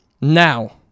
Now